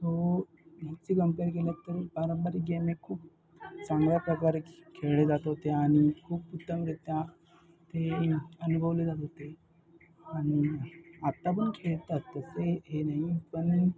तोची compare केलं तर पारंपरिक गेम हे खूप चांगल्या प्रकारे खेळले जात होते आणि खूप उत्तमरित्या ते अनुभवले जात होते आणि आत्ता पण खेळतात तसे हे नाही पण